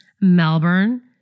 Melbourne